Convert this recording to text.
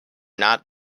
not